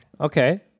Okay